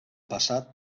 passat